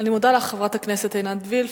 אני מודה לך, חברת הכנסת עינת וילף.